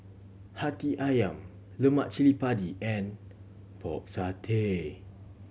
Hati Ayam Lemak Cili Padi and Pork Satay